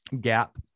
gap